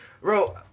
bro